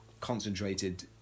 concentrated